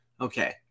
Okay